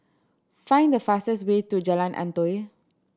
find the fastest way to Jalan Antoi